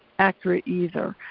accurate either,